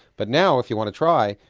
but now if you want to try,